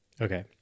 Okay